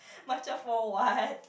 macam for what